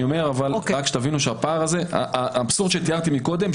רק שתבינו את האבסורד שתיארתי קודם,